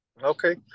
Okay